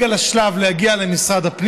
ומיסי הממשלה (פטורין) (מס' 31)